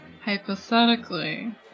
Hypothetically